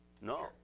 No